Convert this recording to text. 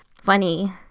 funny